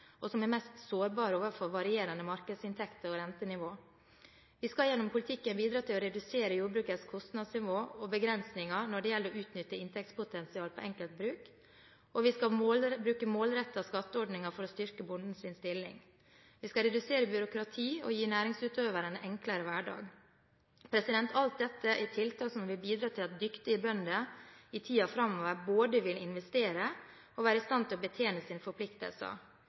og som er mest sårbar overfor varierende markedsinntekter og rentenivå. Vi skal gjennom politikken bidra til å redusere jordbrukets kostnadsnivå og begrensninger når det gjelder å utnytte inntektspotensial på enkeltbruk. Vi skal bruke målrettede skatteordninger for å styrke bondens stilling. Vi skal redusere byråkrati og gi næringsutøverne en enklere hverdag. Alt dette er tiltak som vil bidra til at dyktige bønder i tiden framover både vil investere og være i stand til å betjene